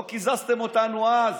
לא קיזזתם אותנו אז,